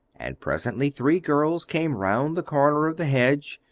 and presently three girls came round the corner of the hedge,